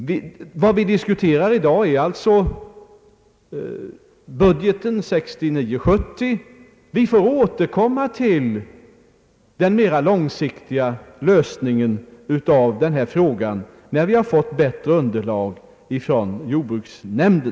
Vad vi i dag diskuterar är budgetåret 1969/70. Vi får återkomma till den mera långsiktiga lösningen av denna fråga när vi fått bättre underlag från jordbruksnämnden.